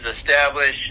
establish